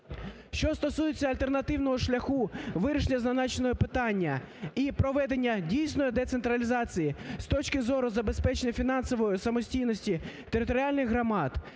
Що стосується альтернативного шляху вирішення зазначеного питання і проведення дійсної децентралізації з точки зору забезпечення фінансової самостійності територіальних громад,